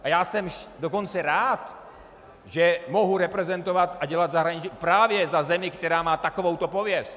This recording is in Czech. A já jsem dokonce rád, že mohu reprezentovat a dělat zahraniční politiku právě za zemi, která má takovouto pověst.